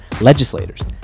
legislators